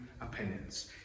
opinions